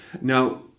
Now